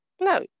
no